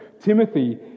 Timothy